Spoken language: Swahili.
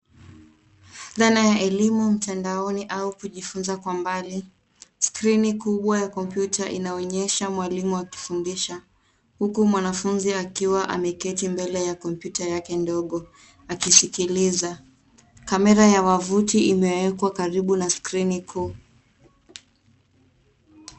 Dhana ya elimu mtandaoni au kujifunza kwa mbali. Skrini kubwa ya kompyuta inaonyesha mwalimu akifundisha uku mwanafuzi akiwa ameketi mbele ya kompyuta yake ndogo akisikiliza. Kamera ya wavuti imeekwa karibu na skrini kuu.